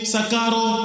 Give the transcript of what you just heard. Sakaro